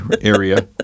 area